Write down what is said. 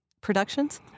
productions